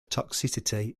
toxicity